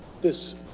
this-